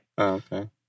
Okay